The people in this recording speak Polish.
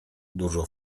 dużo